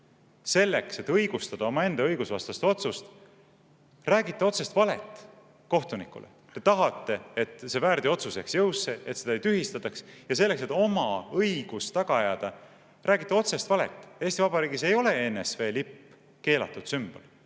selleks, et õigustada omaenda õigusvastast otsust, räägite otsest valet kohtunikule. Te tahate, et see väärteootsus jääks jõusse, et seda ei tühistataks, ja selleks, et oma õigust taga ajada, räägite otsest valet."Eesti Vabariigis ei ole ENSV lipp keelatud sümbol.